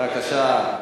בבקשה.